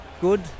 good